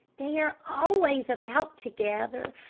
they are always about together.